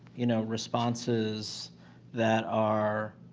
you know, responses that are.